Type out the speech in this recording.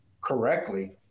correctly